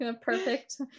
Perfect